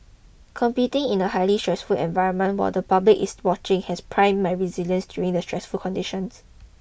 competing in a highly stressful environment while the public is watching has primed my resilience during stressful conditions